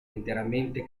interamente